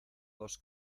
dos